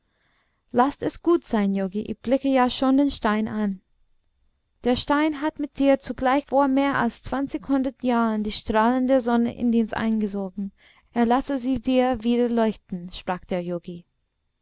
laßt es gut sein yogi ich blicke ja schon den stein an der stein hat mit dir zugleich vor mehr als zwanzighundert jahren die strahlen der sonne indiens eingesogen er lasse sie dir wieder leuchten sprach der yogi